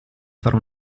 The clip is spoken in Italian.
fare